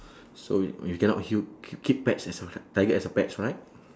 so you cannot hu~ k~ keep pets as a tiger as a pets right